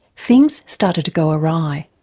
things started to go awry.